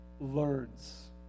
learns